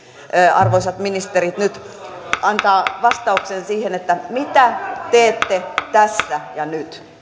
arvoisat ministerit nyt antaa vastauksen siihen mitä teette tässä ja nyt